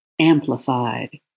Amplified